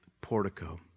portico